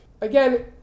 again